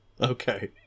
Okay